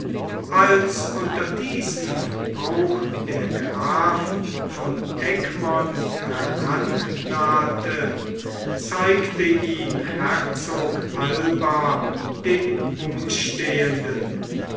als unter diesen auch der graf von egmont herannahte zeigte ihn herzog alba den umstehenden